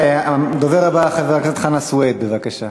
הדובר הבא, חבר הכנסת חנא סוייד, בבקשה,